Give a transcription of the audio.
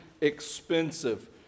expensive